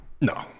No